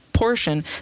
portion